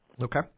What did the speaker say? Okay